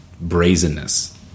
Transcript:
brazenness